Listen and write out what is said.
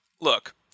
look